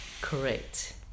Correct